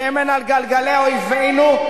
ושמן על גלגלי אויבינו,